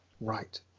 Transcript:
Right